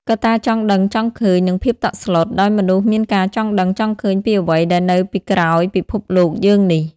កត្តាចង់ដឹងចង់ឃើញនិងភាពតក់ស្លុត ដោយមនុស្សមានការចង់ដឹងចង់ឃើញពីអ្វីដែលនៅពីក្រោយពិភពលោកយើងនេះ។